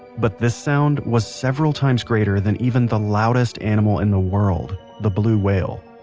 but this sound was several times greater than even the loudest animal in the world, the blue whale.